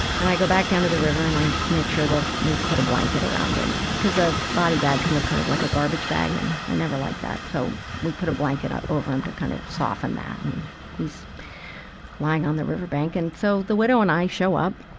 and i go back down to the river and i make sure that we've put a blanket around him because a body bag can look kind of like a garbage bag, and i never like that. so we put a blanket over him to kind of soften that. and he's lying on the riverbank and so the widow and i show up,